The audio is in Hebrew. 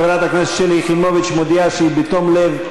חברת הכנסת שלי יחימוביץ מודיעה שהיא הייתה